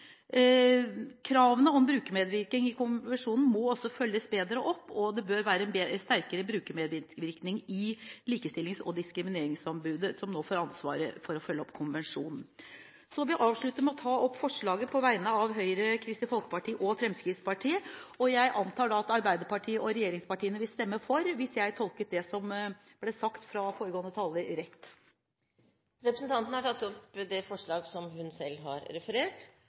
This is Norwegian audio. Kravene om brukermedvirkning i konvensjonen må også følges bedre opp, og det bør være sterkere brukermedvirkning hos Likestillings- og diskrimineringsombudet, som nå får ansvaret for å følge opp konvensjonen. Så vil jeg til slutt ta opp forslaget fra Høyre, Kristelig Folkeparti og Fremskrittspartiet. Jeg antar da at Arbeiderpartiet og regjeringspartiene vil stemme for, hvis jeg tolket det som ble sagt av foregående taler, rett. Representanten Giltun har tatt opp det forslaget hun